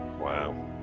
Wow